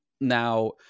Now